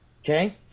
Okay